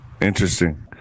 Interesting